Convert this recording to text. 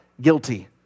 guilty